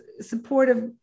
supportive